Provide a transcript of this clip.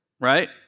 right